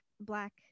black